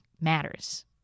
matters